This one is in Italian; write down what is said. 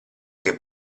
che